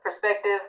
perspective